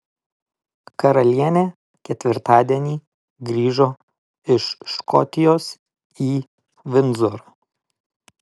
karalienė ketvirtadienį grįžo iš škotijos į vindzorą